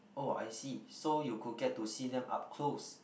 oh I see so you could get to see them up close